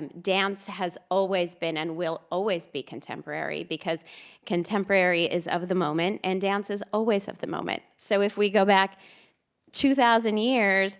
um dance has always been and will always be contemporary because contemporary is of the moment and dance is always of the moment. so if we go back two thousand years